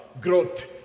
growth